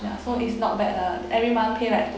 ya so it's not bad lah every month pay like two